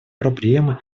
проблемы